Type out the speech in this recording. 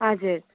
हजुर